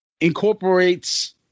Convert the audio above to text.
incorporates